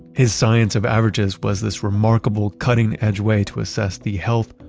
his science of averages was this remarkable cutting edge way to assess the health,